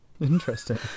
Interesting